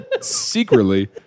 secretly